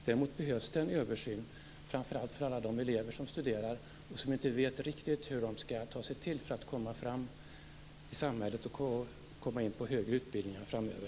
Däremot behövs det en översyn, framför allt med tanke på alla de elever som studerar och som inte riktigt vet vad de skall ta sig till för att komma fram i samhället och komma in på högre utbildningar framöver.